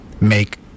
make